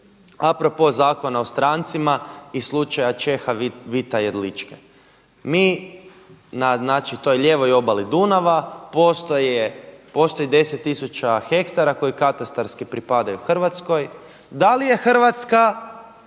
apropo Zakona o strancima i slučaja Čeha Vita Jedličke. Mi na znači toj lijevoj obali Dunava postoji 10 tisuća hektara koji katastarski pripadaju Hrvatskoj, da li je Hrvatska